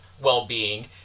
well-being